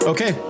Okay